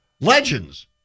Legends